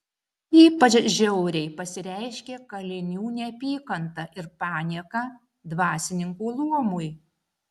ypač žiauriai pasireiškė kalinių neapykanta ir panieka dvasininkų luomui